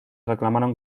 reclamaron